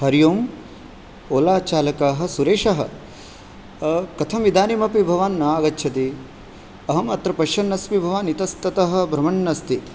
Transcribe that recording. हरिः ओम् ओला चालकः सुरेशः कथम् इदानीमपि भवान् न आगच्छति अहमत्र पश्यन्नस्मि भवान् इतस्ततः भ्रमण्णस्ति